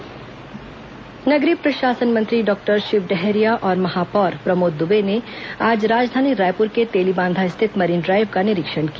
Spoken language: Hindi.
अधिकारी निलंबन आदेश नगरीय प्रशासन मंत्री डॉक्टर शिव डहरिया और महापौर प्रमोद दुबे ने आज राजधानी रायपुर के तेलीबांधा स्थित मरीन ड्राईव का निरीक्षण किया